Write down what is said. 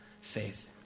faith